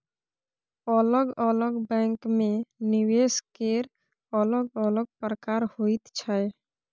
अलग अलग बैंकमे निवेश केर अलग अलग प्रकार होइत छै